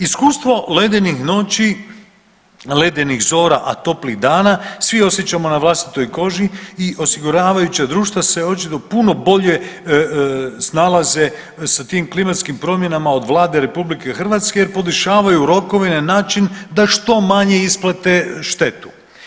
Iskustvo ledenih noći, ledenih zora, a toplih dana svi osjećamo na vlastitoj koži i osiguravajuća društva se očito puno bolje snalaze sa tim klimatskim promjenama Vlade RH jer podešavaju rokove na način da što manje isplate štetu.